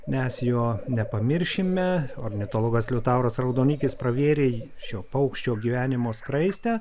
mes jo nepamiršime ornitologas liutauras raudonikis pravėrė šio paukščio gyvenimo skraistę